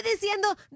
diciendo